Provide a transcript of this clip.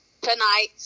Tonight